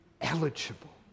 eligible